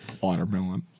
Watermelon